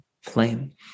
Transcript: flame